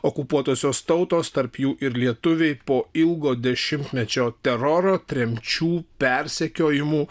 okupuotosios tautos tarp jų ir lietuviai po ilgo dešimtmečio teroro tremčių persekiojimų